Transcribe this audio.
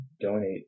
donate